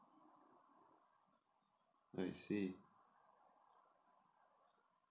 I see